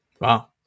Wow